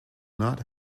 not